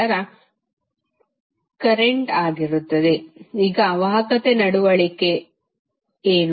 ivR3051036 mA ಈಗ ವಾಹಕತೆ ನಡವಳಿಕೆ ಏನು